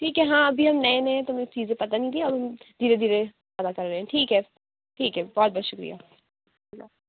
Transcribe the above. ٹھیک ہے ہاں ابھی ہم نئے نئے ہیں تو ہمیں چیزیں پتا نہیں کیا اور دھیرے دھیرے پتا کر رہے ہیں ٹھیک ہے ٹھیک ہے بہت بہت شُکریہ اللہ